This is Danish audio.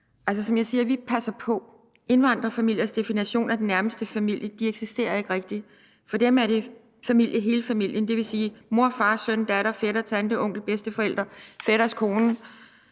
Som jeg siger: Vi passer på. Indvandrerfamiliers definition af den nærmeste familie eksisterer ikke rigtig. For dem er hele familien familie, dvs. mor, far, søn, datter, fætter, tante, onkel, bedsteforældre, fætters kone,